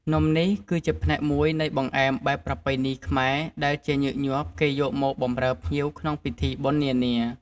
នំនេះគឺជាផ្នែកមួយនៃបង្អែមបែបប្រពៃណីខ្មែរដែលជាញឹកញាប់គេយកមកបម្រើភ្ញៀវក្នុងពិធីបុណ្យនាៗ។